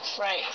Right